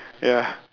ya